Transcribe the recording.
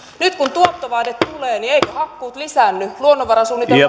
nyt kun tuottovaade tulee niin eivätkö hakkuut lisäänny luonnonvarasuunnitelman